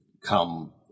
come